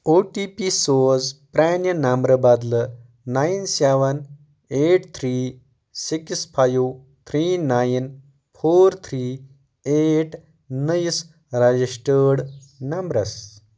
او T P سوز پرٛانہِ نمبرٕ بدلہٕ nine seven eight three six five three nine four three eight نٔیِس ریجسٹٲڈ نمبرس